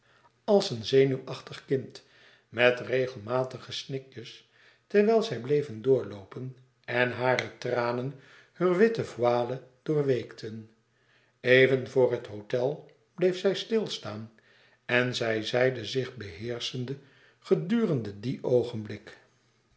als een zenuwachtig kind met regelmatige snikjes terwijl zij bleven doorloopen en hare tranen heur witte voile doorweekten even voor het hôtel bleef zij stilstaan en zij zeide zich beheerschende gedurende dien oogenblik